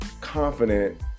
confident